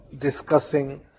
Discussing